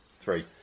three